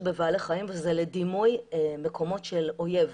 בבעלי חיים וזה לדימוי מקומות של אויב.